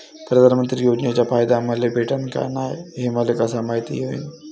प्रधानमंत्री योजनेचा फायदा मले भेटनं का नाय, हे मले कस मायती होईन?